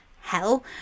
hell